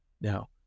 Now